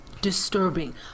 disturbing